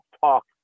talk